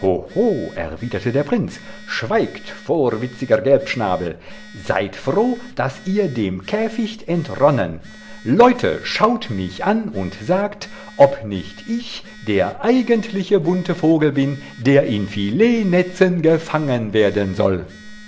der prinz schweigt vorwitziger gelbschnabel seid froh daß ihr dem käficht entronnen leute schaut mich an und sagt ob nicht ich der eigentliche bunte vogel bin der in filetnetzen gefangen werden soll